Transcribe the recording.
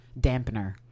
dampener